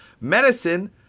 medicine